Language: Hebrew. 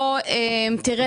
בוא תראה,